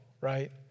Right